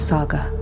Saga